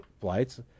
flights